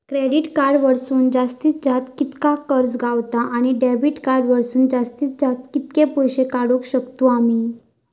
Credit card वरसून जास्तीत जास्त कितक्या कर्ज गावता, आणि डेबिट कार्ड वरसून जास्तीत जास्त कितके पैसे काढुक शकतू आम्ही?